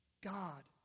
God